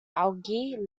algae